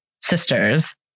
sisters